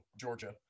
georgia